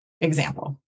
example